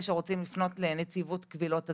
שרוצים לפנות לנציבות קבילות הציבור,